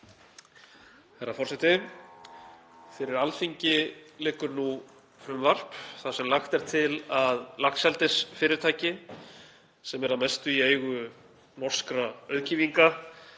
Herra forseti. Fyrir Alþingi liggur nú frumvarp þar sem lagt er til að laxeldisfyrirtæki, sem eru að mestu í eigu norskra auðkýfinga,